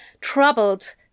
Troubled